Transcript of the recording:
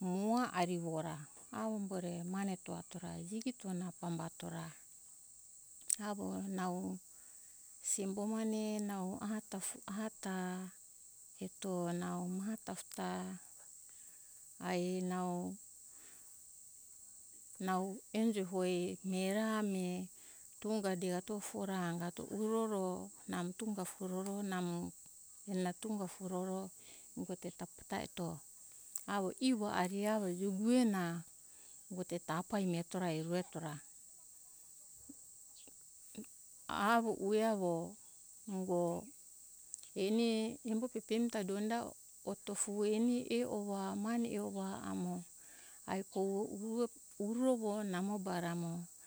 moha ari ora avo ore mane to ato ra jigito na pambato ra avo nau simbo mane. nau aha ta eto nau maha tafo ta ai nau. nau enjo hoi mihe ra ami tunga degato tofo ra angato uroro namo tunga furoro namo ena tunga furoro eto avo ivo ari avo jigue na ungo te tafa mireto ra evu eto ra avo ue avo ungo eni embo pepemi ta donda otofu eni e ova mane e ova amo ai kogue uro mo namo bara mo